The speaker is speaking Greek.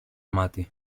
μάτι